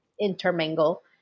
intermingle